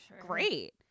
great